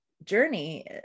journey